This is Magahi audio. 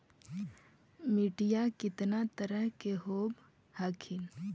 मिट्टीया कितना तरह के होब हखिन?